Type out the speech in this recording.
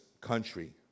country